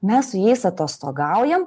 mes su jais atostogaujam